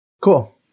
cool